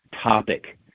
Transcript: topic